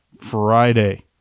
Friday